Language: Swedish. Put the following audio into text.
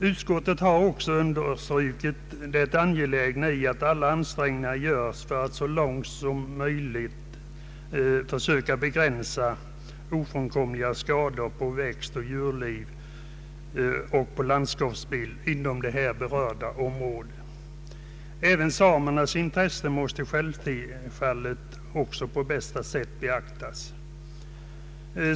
Utskottet har också understrukit det angelägna i att alla ansträngningar görs för att så långt möjligt försöka begränsa tyvärr ofrånkomliga skador på växtoch djurliv och landskapsbild inom det berörda området. Även samernas intressen måste självfallet på bästa sätt beaktas.